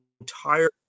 entire